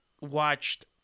watched